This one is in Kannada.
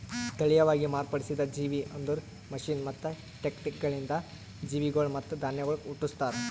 ತಳಿಯವಾಗಿ ಮಾರ್ಪಡಿಸಿದ ಜೇವಿ ಅಂದುರ್ ಮಷೀನ್ ಮತ್ತ ಟೆಕ್ನಿಕಗೊಳಿಂದ್ ಜೀವಿಗೊಳ್ ಮತ್ತ ಧಾನ್ಯಗೊಳ್ ಹುಟ್ಟುಸ್ತಾರ್